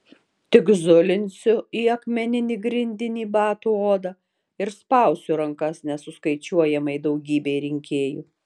tik zulinsiu į akmeninį grindinį batų odą ir spausiu rankas nesuskaičiuojamai daugybei rinkėjų